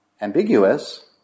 ambiguous